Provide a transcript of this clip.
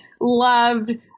loved